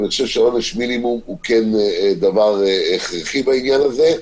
אבל אני חושב שעונש מינימום הוא כן דבר הכרחי בעניין הזה.